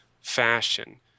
fashion